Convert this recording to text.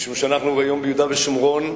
משום שאנחנו היום ביהודה ושומרון,